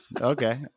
Okay